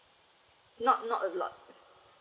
not not a lot